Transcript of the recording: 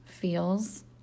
feels